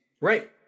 Right